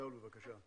שאול, בבקשה.